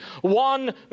one